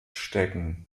stecken